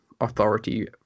authority